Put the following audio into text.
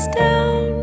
down